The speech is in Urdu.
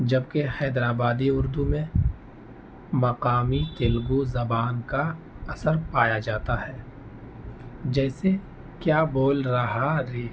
جبکہ حیدرآبادی اردو میں مقامی تیلگو زبان کا اثر پایا جاتا ہے جیسے کیا بول رہا رے